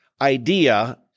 idea